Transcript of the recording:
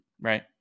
Right